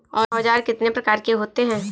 औज़ार कितने प्रकार के होते हैं?